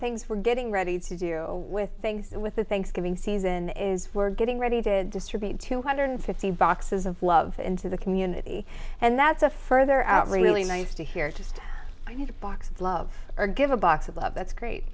things we're getting ready to do with things with the thanksgiving season is we're getting ready to distribute two hundred fifty boxes of love into the community and that's a further out really really nice to hear just you box love or give a box of love that's great